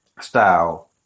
style